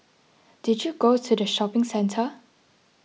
did you go to the shopping centre